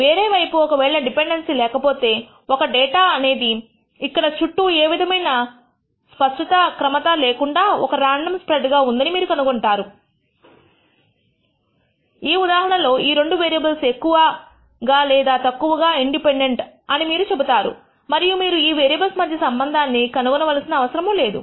వేరే వైపు ఒకవేళ డిపెండెన్సీ లేకపోతే ఈ డేటా అనేది ఇక్కడ చుట్టూ ఏ విధమైన స్పష్టమైన క్రమత లేకుండా ఒక రాండమ్ స్ప్రెడ్ గా ఉందని మీరు కనుగొంటారు ఈ ఉదాహరణలో ఈ రెండు వేరియబుల్స్ ఎక్కువగా లేదా తక్కువగా ఇండిపెండెంట్ అని మీరు చెబుతారు మరియు మీరు ఈ వేరియబుల్స్ మధ్య సంబంధాన్ని కనుగొనవలసిన అవసరము లేదు